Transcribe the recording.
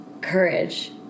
courage